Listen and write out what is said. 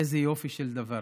איזה יופי של דבר.